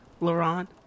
Laurent